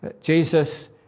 Jesus